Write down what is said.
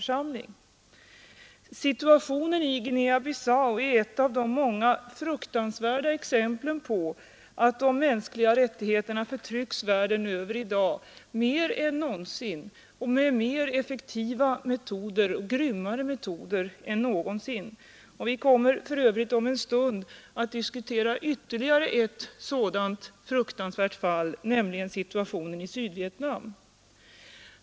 Situationen i Guinea-Bissau är ett av de många fruktansvärda exemplen på att de mänskliga rättigheterna förtrycks världen över i dag mer än någonsin och med effektivare och grymmare metoder än någonsin. Vi kommer för övrigt om en stund att diskutera ytterligare ett sådant fruktansvärt fall, nämligen situationen i Sydvietnam.